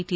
T